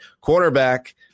Quarterback